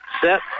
set